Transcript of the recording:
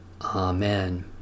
Amen